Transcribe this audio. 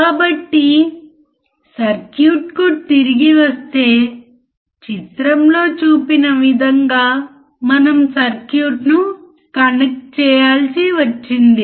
input మరియు output వోల్టేజ్లను అర్థం చేసుకోవడానికి సర్క్యూట్ లో మనం చూడవలసినది ఏమిటంటే మనము 0